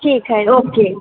ठीक है ओके